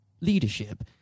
leadership